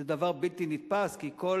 זה דבר בלתי נתפס, כי כל